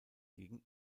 gegen